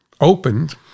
opened